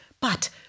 but